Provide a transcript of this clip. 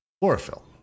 chlorophyll